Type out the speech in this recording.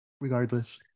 regardless